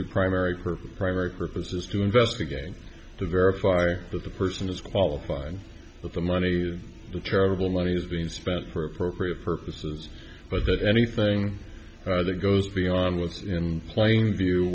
purpose primary purpose is to investigate and to verify that the person is qualified with the money and the charitable money is being spent for appropriate purposes but that anything that goes beyond was in plain view